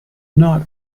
not